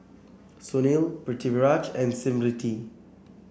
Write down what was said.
Sunil Pritiviraj and Smriti